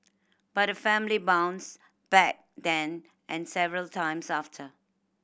but the family bounced back then and several times after